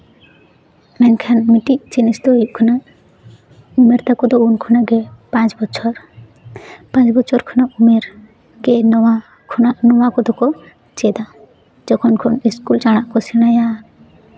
ᱮᱱᱠᱷᱟᱱ ᱢᱤᱫᱴᱮᱡ ᱡᱤᱱᱤᱥ ᱫᱚ ᱦᱩᱭᱩᱜ ᱠᱟᱱᱟ ᱩᱢᱮᱨ ᱛᱟᱠᱚ ᱫᱚ ᱩᱱ ᱠᱷᱚᱱᱟᱜ ᱜᱮ ᱯᱟᱸᱪ ᱵᱚᱪᱷᱚᱨ ᱯᱟᱸᱪ ᱵᱚᱪᱷᱚᱨ ᱠᱷᱚᱱᱟᱜ ᱩᱢᱮᱨ ᱜᱮ ᱱᱚᱣᱟ ᱠᱷᱚᱱᱟᱜ ᱱᱚᱣᱟ ᱠᱚᱫᱚ ᱠᱚ ᱪᱮᱫᱟ ᱡᱚᱠᱷᱚᱱ ᱠᱷᱚᱱ ᱥᱠᱩᱞ ᱪᱟᱞᱟᱜ ᱠᱚ ᱥᱮᱬᱟᱭᱟ